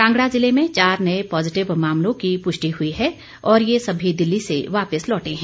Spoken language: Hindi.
कांगड़ा जिले में चार नए पॉजिटिव मामलों की पुष्टि हुई है और ये सभी दिल्ली से वापिस लौटे हैं